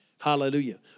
Hallelujah